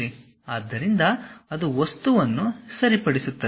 ಆದ್ದರಿಂದ ಅದು ವಸ್ತುವನ್ನು ಸರಿಪಡಿಸುತ್ತದೆ